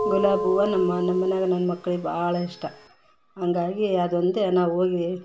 ಗುಲಾಬಿ ಹೂವು ನಮ್ಮ ನಮ್ಮಮನೆಯಾಗ ನನ್ನ ಮಕ್ಳಿಗೆ ಭಾಳ ಇಷ್ಟ ಹಂಗಾಗಿ ಅದೊಂದೇ ನಾವು ಹೋಗಿ